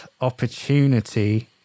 opportunity